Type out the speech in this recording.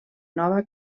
nova